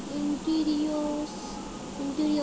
পাট চাষ কোন মাসে ভালো হয়?